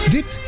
Dit